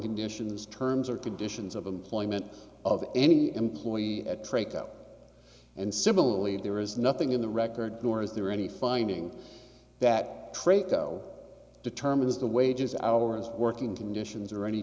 conditions terms or conditions of employment of any employee trait that and similarly there is nothing in the record nor is there any finding that trait though determines the wages hours working conditions or any